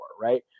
right